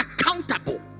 accountable